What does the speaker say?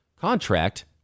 contract